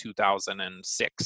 2006